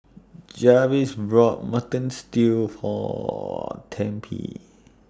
Jarvis bought Mutton Stew For Tempie